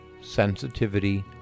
sensitivity